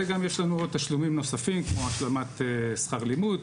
וגם יש לנו תשלומים נוספים כמו השלמת שכר לימוד,